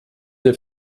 der